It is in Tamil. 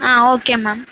ah okay ma'am